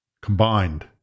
combined